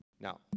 Now